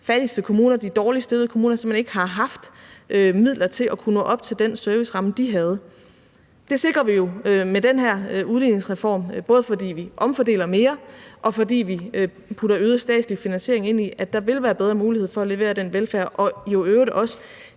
fattigste kommuner, de dårligst stillede kommuner, simpelt hen ikke har haft midler til at kunne nå op på den serviceramme, de havde. Det sikrer vi jo med den her udligningsreform, både fordi vi omfordeler mere, og fordi vi putter øget statslig finansiering ind, så der vil være bedre mulighed for at levere den velfærd og jo i øvrigt også